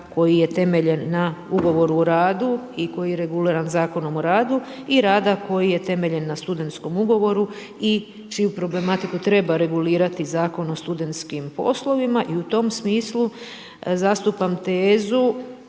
koji je temeljen na ugovoru o radu i koji je reguliran Zakonom o radu i rada koji je temeljen na studentskom ugovoru i čiju problematiku treba regulirati Zakon o studentskim poslovima i u tom smislu zastupam tezu